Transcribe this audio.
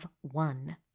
one